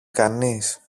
κανείς